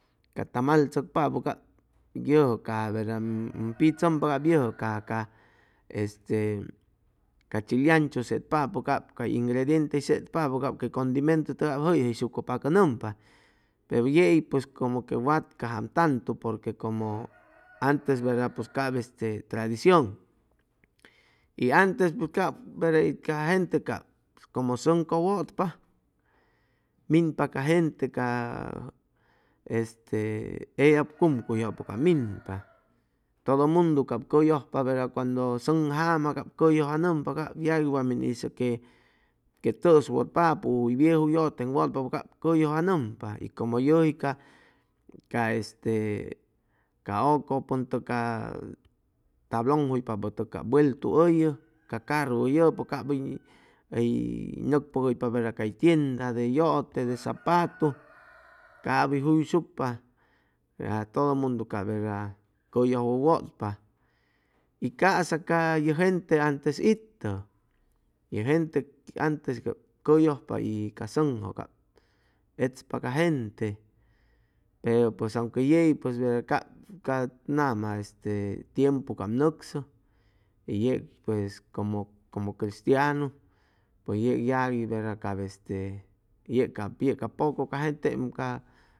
Ca tamal tzʉcpapʉ cap yʉjʉ caja verda pitzʉmpa cap yʉjʉ caja ca este ca chilienchu setpapʉ cap cay ingrediente setpapʉ cay cay condimentu cap jʉyjʉyshucʉ pacʉ nʉmpa pero yei pues como que watcajaam tantu porque como que antes verda pues cap este tradicion y antes pues ca gente cap como sʉŋ cʉwʉtpa minpa ca gente ca este eyab cumcuyjʉpʉ minpa todo mundu cap cʉyʉjpa pero cuando sʉŋ jama cap cʉyʉjʉnʉmpa cap yagui wa min hizʉ que que tʉss wʉtpapʉ u hʉy vieju yʉte jeŋ wʉtpa cap cʉ yʉjpa nʉmpa como yʉji ca ca este ca ʉcʉpʉntʉg ca tablon jupapʉ tʉg cap vueltu ʉllʉ ca carru ʉllʉpʉ cap hʉy hʉy nʉcpʉgʉypa verda cay tienda de yʉte, de zapatu cap hʉy juyshucpa todo mundu cap verda cʉyʉywʉ wʉtpa y ca'sa ca ye gente antes itʉ ye gente antes cʉyʉjpa y ca sʉŋjʉ cap echpa ca gente pero pues aunque yei pues verda cap nama este tiempu cap nʉcsʉ y yeg pues como como cristianu pues yeg yagui verda cap este yeg yeg cap poco ca genteam ca